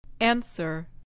Answer